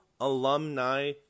alumni